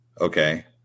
Okay